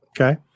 okay